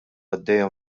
għaddejja